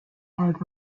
hard